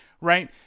right